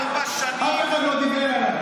אף אחד לא דיבר עליו.